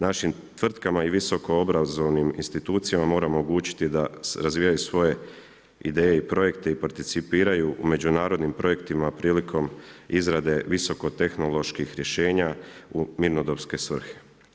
Našim tvrtkama i visokoobrazovanim institucijama moramo omogućiti da razvijaju svoje ideje i projekte i participiraju u međunarodnim projektima prilikom izrade visokotehnoloških rješenja u mirnodopske svrhe.